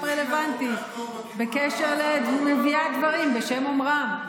רלוונטי בקשר למביאה דברים בשם אומרם,